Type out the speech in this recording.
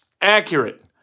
accurate